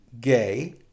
gay